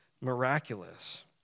miraculous